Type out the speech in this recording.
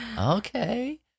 okay